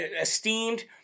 esteemed